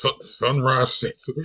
Sunrise